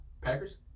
Packers